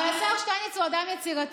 אבל השר שטייניץ הוא אדם יצירתי,